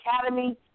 Academy